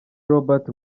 robert